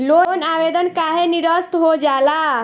Loan आवेदन काहे नीरस्त हो जाला?